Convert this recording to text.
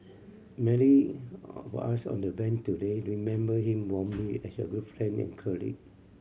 many of us on the Bench today remember him warmly as a good friend and colleague